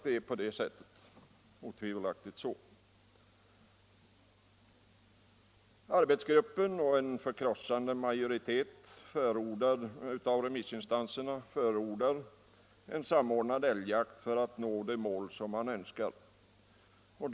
Den arbetsgrupp som framlagt promemorian och en förkrossande majoritet av remiss instanserna förordar en samordnad älgjakt för att man skall nå de mål som man önskar nå.